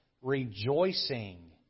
rejoicing